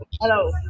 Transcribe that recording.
Hello